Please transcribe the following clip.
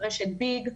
של רשת ביג,